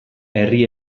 herri